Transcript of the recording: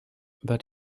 but